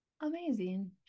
Amazing